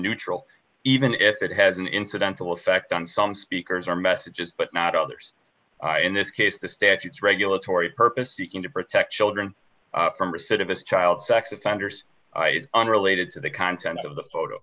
neutral even if it has an incidental effect on some speakers or messages but not others in this case the statutes regulatory purpose seeking to protect children from recidivist child sex offenders unrelated to the content of the photo